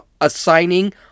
assigning